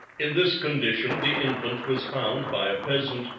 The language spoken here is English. in this condition the infant was found by a peasant,